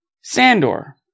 sandor